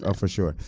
ah for sure.